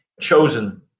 chosen